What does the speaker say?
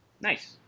Nice